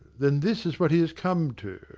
then this is what he has come to!